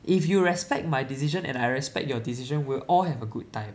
if you respect my decision and I respect your decision we'll all have a good time